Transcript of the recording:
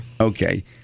Okay